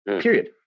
Period